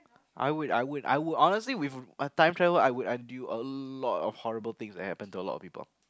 I would I would I would honestly with time travel I would I'd do a lot of horrible things that happen to a lot of people